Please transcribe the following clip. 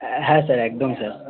হ্যাঁ স্যার একদম স্যার